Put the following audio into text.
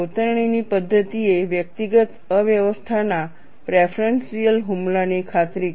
કોતરણીની પદ્ધતિએ વ્યક્તિગત અવ્યવસ્થાના પ્રેફરન્શિયલ હુમલાની ખાતરી કરી